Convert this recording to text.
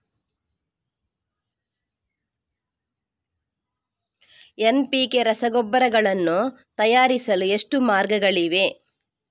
NPK ರಸಗೊಬ್ಬರಗಳನ್ನು ತಯಾರಿಸಲು ಎಷ್ಟು ಮಾರ್ಗಗಳಿವೆ?